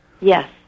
Yes